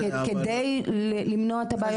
כדי למנוע את הבעיות האלה?